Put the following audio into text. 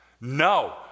No